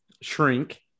shrink